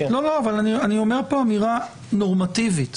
אבל אני אומר פה אמירה נורמטיבית: